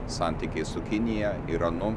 santykiai su kinija iranu